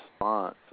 response